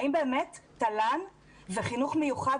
האם באמת תל"ן וחינוך מיוחד,